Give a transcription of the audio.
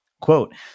Quote